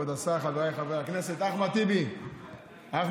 כבוד השר, חבריי חברי הכנסת, אחמד טיבי, אחמד,